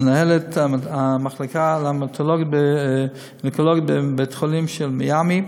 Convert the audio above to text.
מנהלת המחלקה להמטו-אונקולוגיה בבית-החולים של מיאמי,